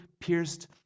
pierced